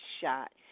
shot